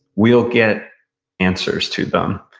we'll get answers to them.